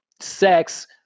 sex